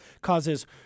causes